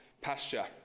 pasture